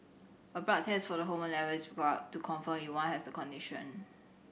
a blood test for the hormone level is required to confirm if one has the condition